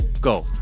Go